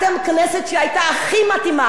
עם כל החוקים הבולשביקיים שלה,